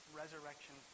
resurrection